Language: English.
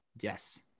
Yes